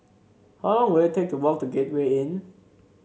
how long will it take to walk to Gateway Inn